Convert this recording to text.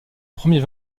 premier